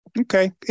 Okay